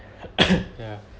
ya